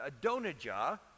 Adonijah